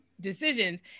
decisions